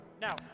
Now